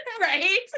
right